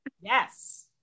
Yes